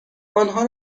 آنها